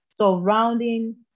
surrounding